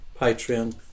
Patreon